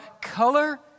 color